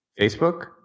Facebook